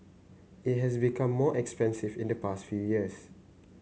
it has become more expensive in the past few years